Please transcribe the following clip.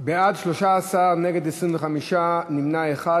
בעד, 13, נגד, 25, נמנע אחד.